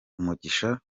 umugisha